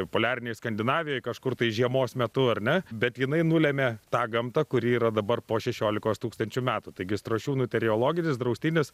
poliarinėj skandinavijoj kažkur tai žiemos metu ar ne bet jinai nulemia tą gamtą kuri yra dabar po šešiolikos tūkstančių metų taigi strošiūnų teriologinis draustinis